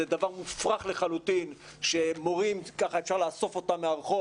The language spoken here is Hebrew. זה דבר מופרך לחלוטין שאפשר לאסוף מורים מהרחוב